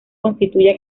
constituye